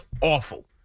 awful